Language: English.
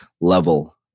level